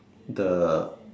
the